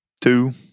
two